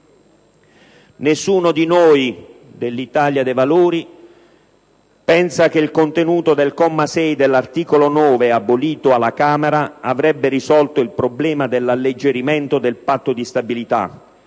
Nessuno dell'Italia dei Valori pensa che il contenuto del comma 6 dell'articolo 9, abolito alla Camera, avrebbe risolto il problema dell'alleggerimento del Patto di stabilità,